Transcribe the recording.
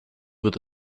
with